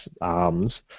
arms